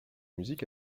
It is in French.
musique